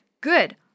Good